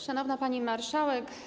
Szanowna Pani Marszałek!